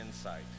insight